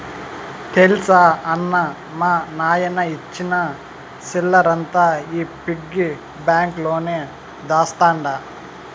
తెల్సా అన్నా, మా నాయన ఇచ్చిన సిల్లరంతా ఈ పిగ్గి బాంక్ లోనే దాస్తండ